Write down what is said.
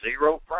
zero